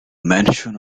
mention